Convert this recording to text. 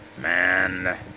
man